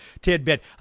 tidbit